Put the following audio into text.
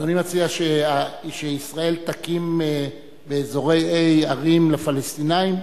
אדוני מציע שישראל תקים באזורי A ערים לפלסטינים?